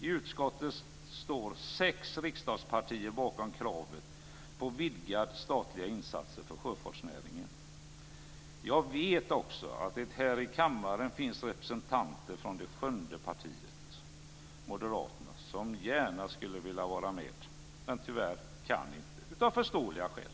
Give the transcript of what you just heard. I utskottet står sex riksdagspartier bakom kravet på vidgade statliga insatser för sjöfartsnäringen. Jag vet också att det här i kammaren finns representanter för det sjunde partiet, Moderaterna, som gärna skulle vilja vara med. Men de kan tyvärr inte, av förståeliga skäl.